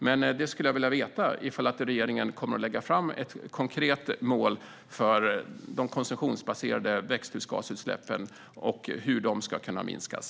Jag skulle vilja veta om regeringen kommer att lägga fram ett konkret mål för de konsumtionsbaserade växthusgasutsläppen och hur de ska kunna minskas.